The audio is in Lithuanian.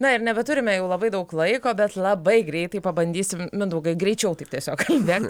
na ir nebeturime jau labai daug laiko bet labai greitai pabandysim mindaugai greičiau taip tiesiog ne